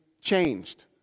changed